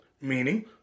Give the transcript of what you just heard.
meaning